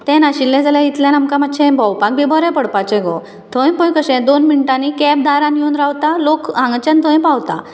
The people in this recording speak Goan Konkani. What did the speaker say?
तें नाशिल्लें जाल्यार इतल्यान आमकां मातशें भोंवपाक बी बरें पडपाचें गो थंय पळय कशें दोन मिणटांनी कॅब दारान येवन रावता लोक हांगाच्यान थंय पावता